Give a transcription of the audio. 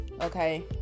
okay